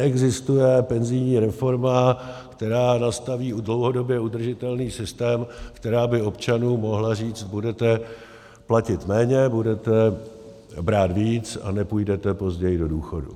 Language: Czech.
Neexistuje penzijní reforma, která nastaví dlouhodobě udržitelný systém, která by občanům mohla říct: budete platit méně, budete brát víc a nepůjdete později do důchodu.